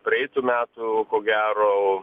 praeitų metų ko gero